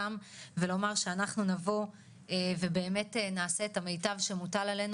ולומר שאנחנו נבוא ובאמת נעשה את המיטב שמוטל עלינו